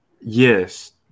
Yes